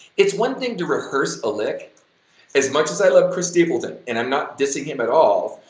it's one thing to rehearse a lick as much as i love chris stapleton, and i'm not dissing him at all,